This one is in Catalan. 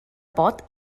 pot